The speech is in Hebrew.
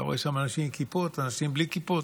אתה רואה שם אנשים עם כיפות, אנשים בלי כיפות.